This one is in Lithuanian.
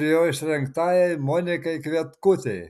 ir jo išrinktajai monikai kvietkutei